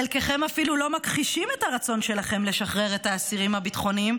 חלקכם אפילו לא מכחישים את הרצון שלכם לשחרר את האסירים הביטחוניים,